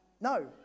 No